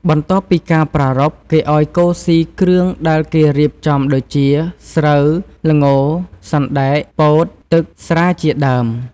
បន្ទាប់ពីការប្រារព្ធ គេឪ្យគោស៊ីគ្រឿងដែលគេរៀបចំដូចជា ស្រូវ ល្ង សណ្ដែក ពោត ទឹក ស្រាជាដើម។